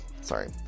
sorry